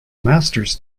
masters